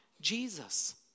Jesus